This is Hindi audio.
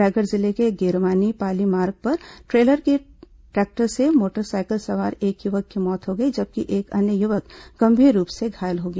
रायगढ़ जिले के गेरवानी पाली मार्ग पर ट्रेलर की टक्कर से मोटरसाइकिल सवार एक युवक की मौत हो गई जबकि एक अन्य युवक गंभीर रूप से घायल हो गया